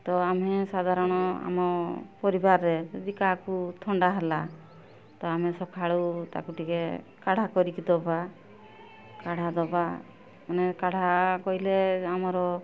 ତ ଆମେ ସାଧାରଣ ଆମ ପରିବାରରେ ଯଦି କାହାକୁ ଥଣ୍ଡା ହେଲା ତ ଆମେ ସକାଳୁ ତାକୁ ଟିକେ କାଢ଼ା କରିକି ଦବା କାଢ଼ା ଦବା ମାନେ କାଢ଼ା କହିଲେ ଆମର